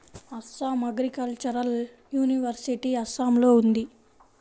Assam agricultural university అస్సాంలో ఉంది